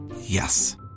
Yes